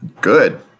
Good